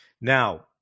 Now